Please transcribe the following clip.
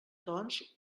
doncs